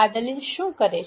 આ દલીલ શું કરે છે